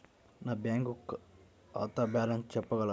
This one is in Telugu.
నా బ్యాంక్ ఖాతా బ్యాలెన్స్ చెప్పగలరా?